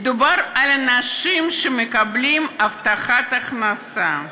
מדובר על אנשים שמקבלים הבטחת הכנסה,